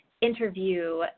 interview